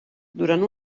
durant